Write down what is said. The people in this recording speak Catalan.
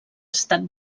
estat